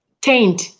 taint